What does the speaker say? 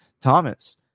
thomas